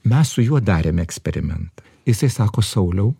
mes su juo darėm eksperimentą jisai sako sauliau